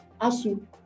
ASU